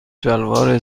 شلوار